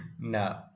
No